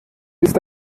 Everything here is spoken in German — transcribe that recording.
ist